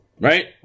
right